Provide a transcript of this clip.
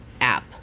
app